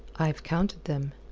i've counted them.